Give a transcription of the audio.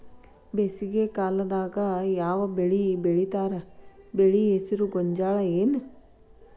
ಬೇಸಿಗೆ ಕಾಲದಾಗ ಯಾವ್ ಬೆಳಿ ಬೆಳಿತಾರ, ಬೆಳಿ ಹೆಸರು ಗೋಂಜಾಳ ಏನ್?